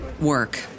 work